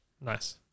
Nice